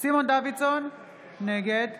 סימון דוידסון, נגד